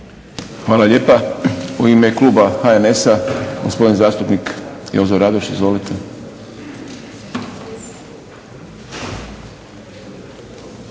Hvala lijepa. U ime kluba HDSSB-a gospodin zastupnik Boro Grubišić. Izvolite.